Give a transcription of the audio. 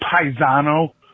paisano